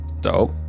Dope